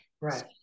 Right